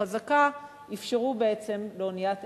החזקה אפשרו בעצם לאונייה "אקסודוס"